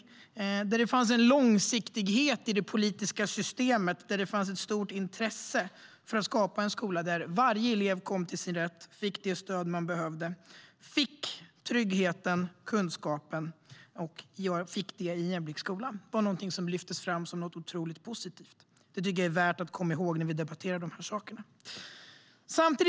Man betonar att det finns en långsiktighet i det politiska systemet och att det finns ett stort intresse för att skapa en skola där varje elev ska komma till sin rätt, få det stöd som behövs och få tryggheten och kunskapen i en jämlik skola. Det lyfts fram som något otroligt positivt. Det tycker jag är värt att komma ihåg när vi debatterar de här sakerna.